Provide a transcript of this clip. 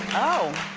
oh.